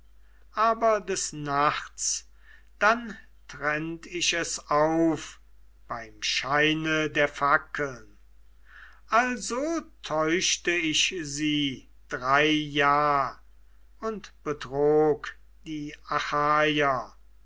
aber des nachts dann trennt ich es auf beim scheine der fackeln also täuschte ich sie drei jahr und betrog die